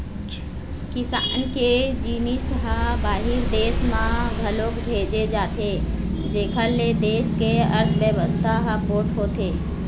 किसान के जिनिस ह बाहिर देस म घलोक भेजे जाथे जेखर ले देस के अर्थबेवस्था ह पोठ होथे